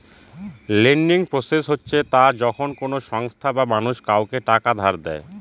lending process হচ্ছে তা যখন কোনো সংস্থা বা মানুষ কাউকে টাকা ধার দেয়